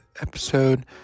episode